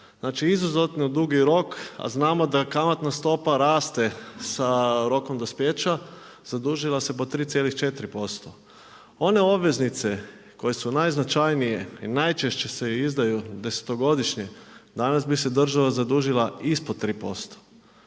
znači izuzetno dugi rok, a znamo da kamatna stopa raste sa rokom dospijeća, zadužila se po 3,4%. One obveznice koje su najznačajnije i najčešće se izdaju desetogodišnje, danas bi se država zadužila ispod 3%.